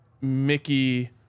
mickey